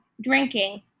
drinking